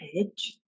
edge